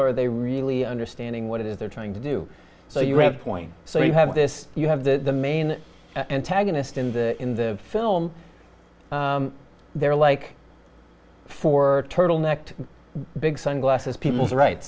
or are they really understanding what it is they're trying to do so you have a point so you have this you have the main antagonist in the in the film there like for turtleneck to big sunglasses people's rights